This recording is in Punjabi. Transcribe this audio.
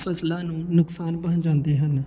ਫ਼ਸਲਾਂ ਨੂੰ ਨੁਕਸਾਨ ਪਹੁੰਚਾਉਂਦੇ ਹਨ